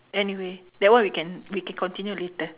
anyway that one we can we can continue later